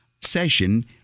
session